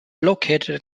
located